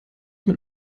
mit